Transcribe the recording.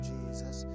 Jesus